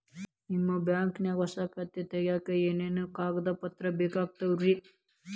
ನಿಮ್ಮ ಬ್ಯಾಂಕ್ ನ್ಯಾಗ್ ಹೊಸಾ ಖಾತೆ ತಗ್ಯಾಕ್ ಏನೇನು ಕಾಗದ ಪತ್ರ ಬೇಕಾಗ್ತಾವ್ರಿ?